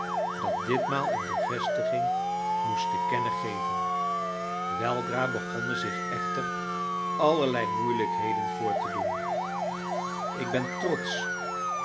dat ditmaal een bevestiging moest te kennen geven weldra begonnen zicb ecbter allerlei moeilijkheden voor te doen ik ben trotsch